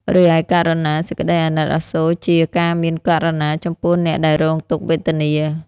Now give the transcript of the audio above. រីឯករុណា សេចក្ដីអាណិតអាសូរជា ការមានករុណាចំពោះអ្នកដែលរងទុក្ខវេទនា។